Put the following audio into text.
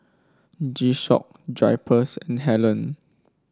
G Shock Drypers and Helen